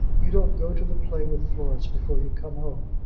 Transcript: you don't go to the play with florence before you come home?